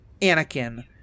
Anakin